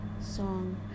song